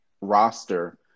roster